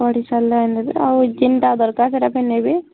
ପଢ଼ି ସାରିଲେ ନେବି ଆଉ ଯେନ୍ତା ଦରକାର ସେଇଟା ବି ନେବି